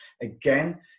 again